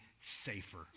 safer